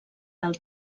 del